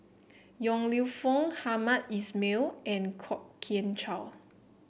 Yong Lew Foong Hamed Ismail and Kwok Kian Chow